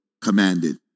commanded